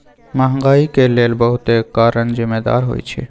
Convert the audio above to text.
महंगाई के लेल बहुते कारन जिम्मेदार होइ छइ